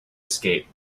escape